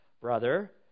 brother